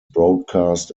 broadcast